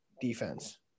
defense